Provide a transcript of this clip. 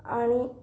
आणि